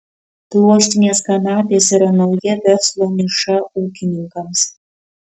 pluoštinės kanapės yra nauja verslo niša ūkininkams